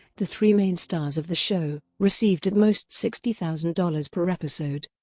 the three main stars of the show, received at most sixty thousand dollars per episode.